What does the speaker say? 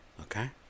Okay